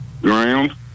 ground